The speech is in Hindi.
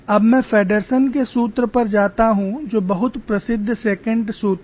अब मैं फेडरसन के सूत्र पर जाता हूं जो बहुत प्रसिद्ध सेकेंट सूत्र है